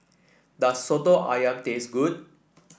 does soto ayam taste good